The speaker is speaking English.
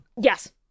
Yes